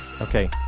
Okay